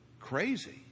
Crazy